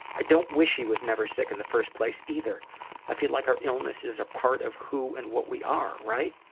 i don't wish he was never sick in the first place, either i feel like our illnesses are part of who and what we are, right?